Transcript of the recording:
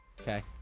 okay